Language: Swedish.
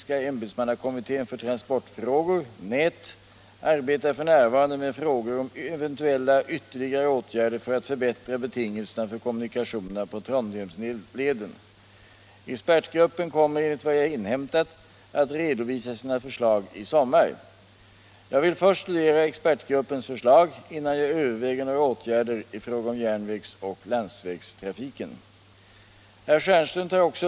kationerna på Trondheimsleden. Expertgruppen kommer enligt vad jag inhämtat att redovisa sina förslag i sommar. Jag vill först studera expertgruppens förslag innan jag överväger några åtgärder i fråga om järnvägs och landsvägstrafiken.